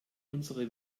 unsere